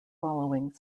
following